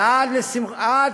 ועד